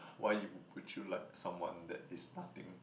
why you would you like someone that is nothing